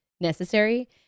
necessary